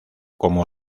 como